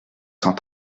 cent